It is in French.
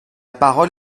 parole